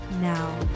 now